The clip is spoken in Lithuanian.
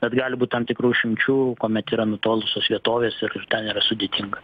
tad gali būt tam tikrų išimčių kuomet yra nutolusios vietovės ir ten yra sudėtinga